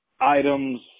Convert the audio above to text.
items